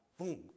boom